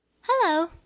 Hello